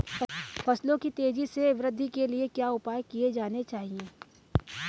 फसलों की तेज़ी से वृद्धि के लिए क्या उपाय किए जाने चाहिए?